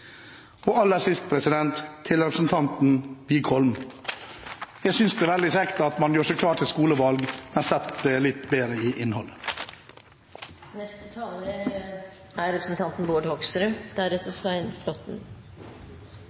tilgjengelig. Aller sist til representanten Wickholm: Jeg synes det er veldig kjekt at man gjør seg klar til skolevalg, men sett dere litt bedre inn i